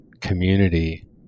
community